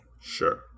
Sure